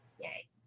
Yay